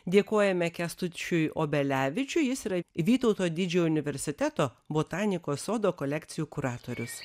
dėkojame kęstučiui obelevičiui jis yra vytauto didžiojo universiteto botanikos sodo kolekcijų kuratorius